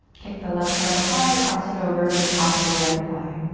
kick the left foot up high, cross it over the top of your right thigh.